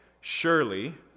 Surely